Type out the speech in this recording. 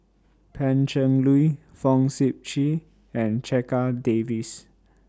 Pan Cheng Lui Fong Sip Chee and Checha Davies